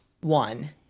one